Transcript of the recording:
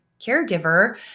caregiver